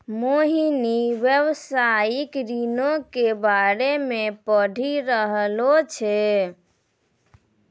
मोहिनी व्यवसायिक ऋणो के बारे मे पढ़ि रहलो छै